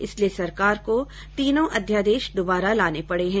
इसलिए सरकार को तीनों अध्यादेश दुबारा लाने पड़े हैं